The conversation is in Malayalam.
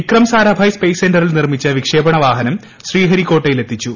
വിക്രം സാരാഭായ് സ്പേസ് ക്സെന്ററിൽ നിർമ്മിച്ച വിക്ഷേപണ വാഹനം ശ്രീഹരിക്കോട്ടയിലെത്തിച്ചു